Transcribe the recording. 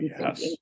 yes